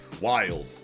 wild